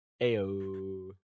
Ayo